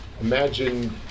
Imagine